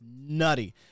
nutty